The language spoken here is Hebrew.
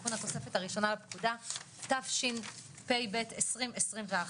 תיקון התוספת הראשונה לפקודה תשפ"ב 2021,